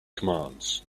commands